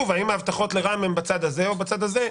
לא הבנתי האם ההבטחות לרע"מ הן בצד הזה או בצד הזה.